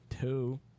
Two